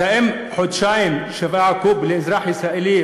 אז האם 7 קוב לחודשיים לאזרח ישראלי,